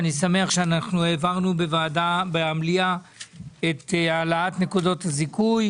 אני שמח שאנחנו העברנו במליאה את העלאת נקודות הזיכוי,